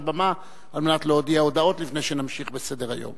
הבמה על מנת להודיע הודעות לפני שנמשיך בסדר-היום.